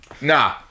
Nah